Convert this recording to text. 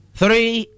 three